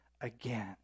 again